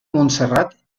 montserrat